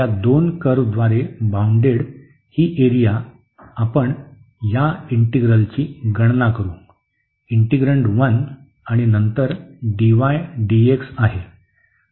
तर या दोन कर्व्हद्वारे बाउंडेड ही एरिया आपण या इंटिग्रलची गणना करू इंटिग्रेन्ड 1 आणि नंतर dy dx आहे